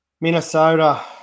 Minnesota